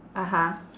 (uh huh)